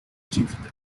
dívida